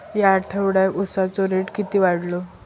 या आठवड्याक उसाचो रेट किती वाढतलो?